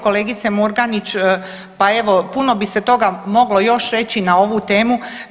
Kolegice Murganić pa evo puno bi se toga moglo još reći na ovu temu.